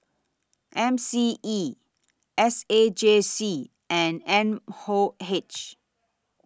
M C E S A J C and M O H